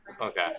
Okay